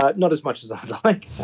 not not as much as i'd like,